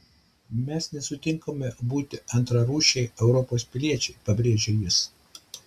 mes nesutinkame būti antrarūšiai europos piliečiai pabrėžė jis